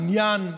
בניין,